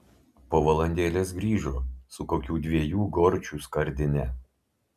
po valandėlės grįžo su kokių dviejų gorčių skardine